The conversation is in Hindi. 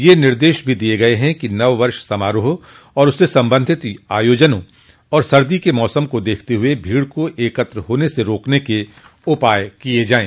यह निर्देश भी दिया गया है कि नववर्ष समारोह और उससे संबंधित आयोजनों तथा सर्दी के मौसम को देखते हुए भीड़ को एकत्र होने से रोकने के उपाय किए जाएं